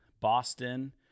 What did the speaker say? boston